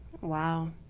Wow